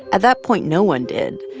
at that point, no one did.